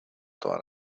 toda